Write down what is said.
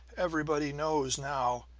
everybody knows now!